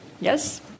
Yes